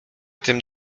tym